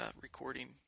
recording